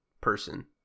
person